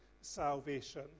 Salvation